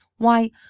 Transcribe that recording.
why,